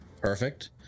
Perfect